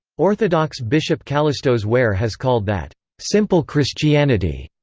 orthodox bishop kallistos ware has called that simple christianity.